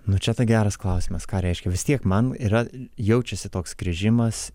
nu čia tai geras klausimas ką reiškia vis tiek man yra jaučiasi toks grįžimas